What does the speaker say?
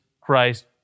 Christ